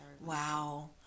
Wow